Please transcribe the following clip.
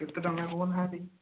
କେତେ ଟଙ୍କା କହୁ ନାହାନ୍ତି